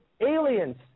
aliens